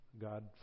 God